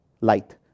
light